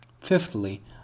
Fifthly